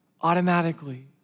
automatically